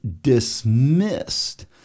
dismissed